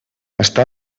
està